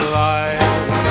life